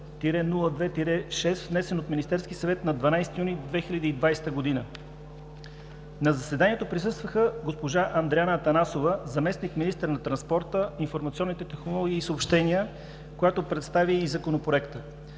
002-02-6, внесен от Министерския съвет на 12 юни 2020 г. На заседанието присъства госпожа Андреана Атанасова – заместник-министър на транспорта, информационните технологии и съобщенията, която представи и Законопроекта.